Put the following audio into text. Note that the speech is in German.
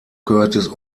curtis